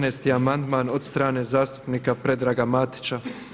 14. amandman od strane zastupnika Predraga Matića.